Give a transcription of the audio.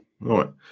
right